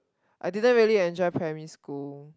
I didn't really enjoy primary school